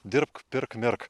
dirbk pirk mirk